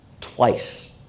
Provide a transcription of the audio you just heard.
twice